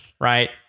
Right